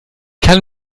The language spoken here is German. kann